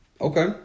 Okay